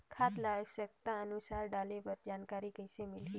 खाद ल आवश्यकता अनुसार डाले बर जानकारी कइसे मिलही?